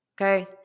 okay